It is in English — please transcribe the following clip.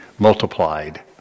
Multiplied